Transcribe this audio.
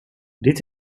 dit